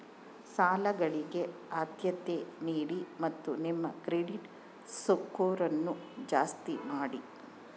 ಸಾಲಗಳಿಗೆ ಆದ್ಯತೆ ನೀಡಿ ಮತ್ತು ನಿಮ್ಮ ಕ್ರೆಡಿಟ್ ಸ್ಕೋರನ್ನು ಜಾಸ್ತಿ ಮಾಡಿ